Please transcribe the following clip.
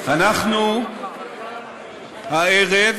אנחנו הערב